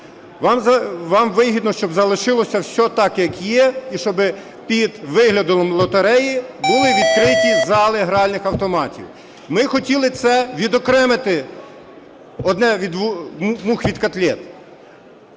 Вам вигідно, щоб залишилося все так, як є, і щоб під виглядом лотереї були відкриті зали гральних автоматів. Ми хотіли це відокремити одне від… мух від котлет.